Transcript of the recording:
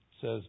says